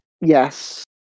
Yes